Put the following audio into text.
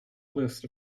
list